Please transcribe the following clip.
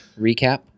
recap